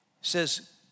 says